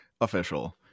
official